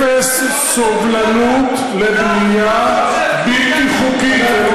אפס סובלנות לבנייה בלתי חוקית.